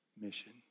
mission